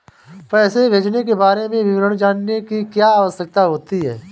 पैसे भेजने के बारे में विवरण जानने की क्या आवश्यकता होती है?